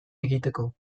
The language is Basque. egiteko